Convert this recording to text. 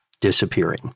disappearing